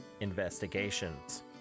Investigations